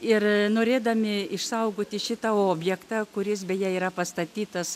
ir norėdami išsaugoti šitą objektą kuris beje yra pastatytas